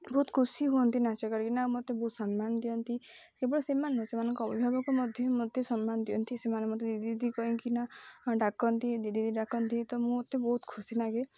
ବହୁତ ଖୁସି ହୁଅନ୍ତି ନାଚ କରିକିନା ମୋତେ ବହୁତ ସମ୍ମାନ ଦିଅନ୍ତି କେବଳ ସେମାନେ ସେମାନଙ୍କ ଅଭିଭାବକ ମଧ୍ୟ ମୋତେ ସମ୍ମାନ ଦିଅନ୍ତି ସେମାନେ ମୋତେ ଦିଦି ଦିଦି କହିକିନା ଡାକନ୍ତି ଦିଦି ଦିଦି ଡାକନ୍ତି ତ ମୁଁ ମୋତେ ବହୁତ ଖୁସି ଲାଗେ